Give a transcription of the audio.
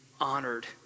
honored